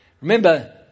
Remember